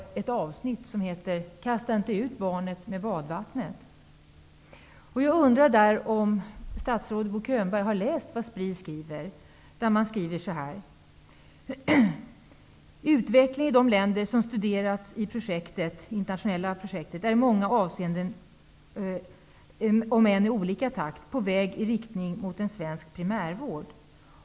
Ett avsnitt har rubriken Kasta inte ut barnet med badvattnet. Jag undrar om statsrådet Könberg har läst vad Spri skriver? I rapporten står följande: ''Utvecklingen i de länder som studerats i projektet är i många avseenden, om än i olika takt, på väg i riktning mot en ''svensk' primärvård.''